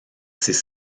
ses